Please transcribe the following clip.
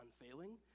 unfailing